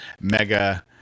mega